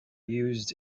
used